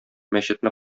мәчетне